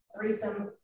threesome